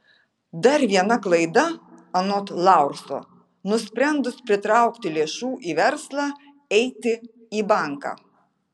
dar viena klaida anot laurso nusprendus pritraukti lėšų į verslą eiti į banką